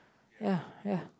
ya ya